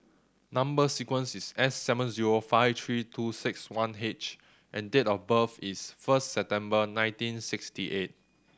number sequence is S seven zero five three two six one H and date of birth is first September nineteen sixty eight